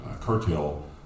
curtail